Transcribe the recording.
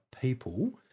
people